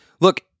Look